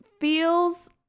feels